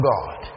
God